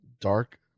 dark